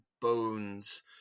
bones